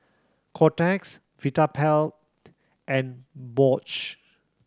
Kotex Vitapet and Bosch